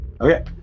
Okay